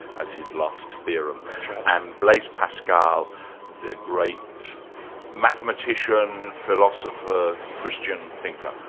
as his last theorem and blaise pascal the great mathematician, philosopher, christian thinker?